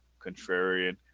contrarian